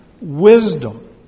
wisdom